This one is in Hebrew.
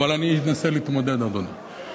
אבל אני אנסה להתמודד, אדוני.